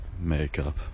Makeup